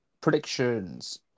predictions